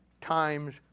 times